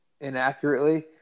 inaccurately